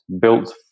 built